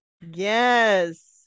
Yes